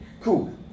Cool